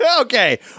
Okay